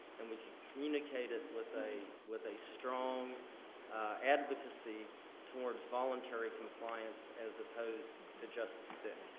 and we communicated with a with a strong advocacy towards voluntary compliance as opposed to just the stick.